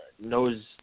knows